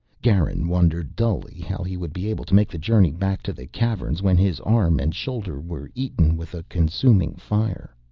garin wondered dully how he would be able to make the journey back to the caverns when his arm and shoulder were eaten with a consuming fire.